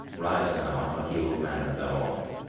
rise now, unlucky old man that thou art,